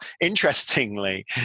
interestingly